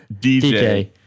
DJ